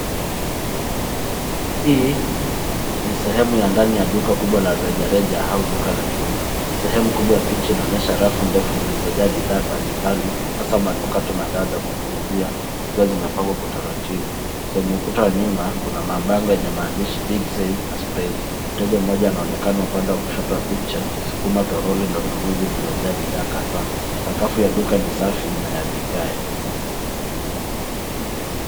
Hii ni sehemu ya ndani ya duka kubwa la rejareja au duka la jumla. Sehemu kubwa ya picha inaonyesha rafu ndefu zilizojaa bidhaa mbali mbali, hasa manukato na dawa za kupulizia zikiwa zimepangwa kwa utaratibu. Kwenye ukuta wa nyuma, kuna mabango yenye maandishi (cs)big save(cs) na (cs)sprays(cs). Mteja mmoja anaonekana upande wa kushoto wa picha, akisukuma toroli la ununuzi lililojaa bidhaa kadhaa. Sakafu ya duka ni safi na ya vigae.